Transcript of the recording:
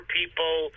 people